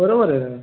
बरोबर आहे ना